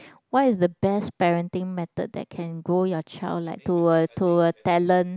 what is the best parenting method that can grow your child like to a to a talent